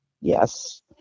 Yes